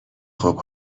خوب